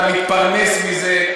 אתה מתפרנס מזה,